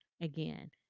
again